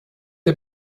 der